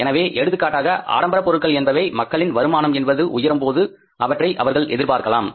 எனவே எடுத்துக்காட்டாக ஆடம்பர பொருட்கள் என்பவை மக்களின் வருமானம் என்பது உயரும் போது அவற்றை அவர்கள் எதிர்பார்க்கலாம்